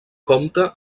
compta